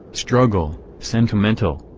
struggle, sentimental.